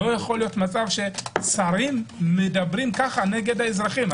לא יכול להיות מצב ששרים מדברים ככה נגד האזרחים.